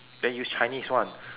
then use chinese one